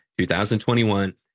2021